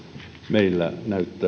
meillä